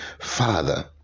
father